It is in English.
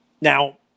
Now